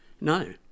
No